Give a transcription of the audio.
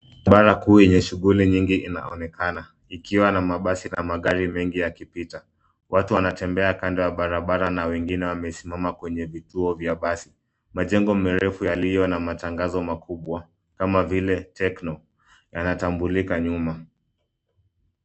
Barabara kuu yenye shughuli nyingi inaonekana ikiwa na mabasi na magari mengi yakipita. Watu wanatembea kando ya barabara na wengine wamesimama kwenye vituo vya basi majengo marefu yaliyona matangazo makubwa kama vile Tecno yanatambulika nyuma.